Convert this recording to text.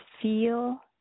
feel